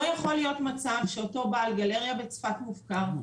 לא יכול להיות מצב שאותו בעל גלריה בצפת מופקר,